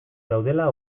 daudela